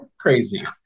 crazy